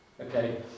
okay